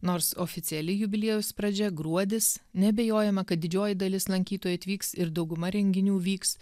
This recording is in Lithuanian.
nors oficiali jubiliejaus pradžia gruodis neabejojama kad didžioji dalis lankytojų atvyks ir dauguma renginių vyks